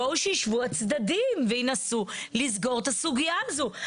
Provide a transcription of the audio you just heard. בואו שישבו הצדדים וינסו לסגור את הסוגייה הזאת.